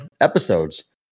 episodes